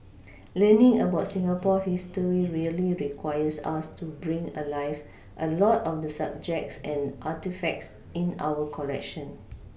learning about Singapore history really requires us to bring alive a lot on the objects and artefacts in our collection